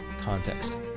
context